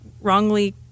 wrongly